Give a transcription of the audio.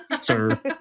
sir